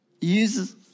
uses